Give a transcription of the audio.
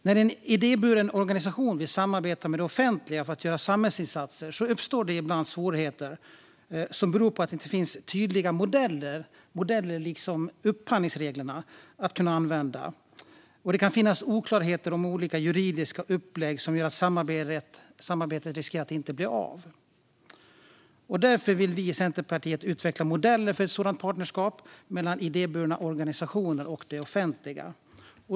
När en idéburen organisation vill samarbeta med det offentliga för att göra samhällsinsatser uppstår ibland svårigheter som beror på att det inte finns tydliga modeller, likt upphandlingsreglerna, att använda. Det kan finnas oklarheter om olika juridiska upplägg, vilket kan göra att samarbetet riskerar att inte bli av. Därför vill vi i Centerpartiet utveckla modeller för ett sådant partnerskap mellan idéburna organisationer och det offentliga.